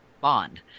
bond